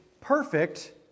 perfect